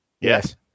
Yes